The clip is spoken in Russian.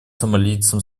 сомалийцам